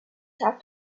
talked